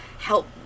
help